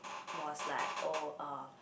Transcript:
was like oh uh